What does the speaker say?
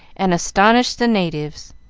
and astonish the natives.